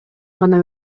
гана